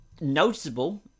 noticeable